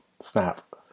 Snap